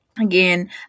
Again